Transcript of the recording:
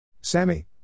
Sammy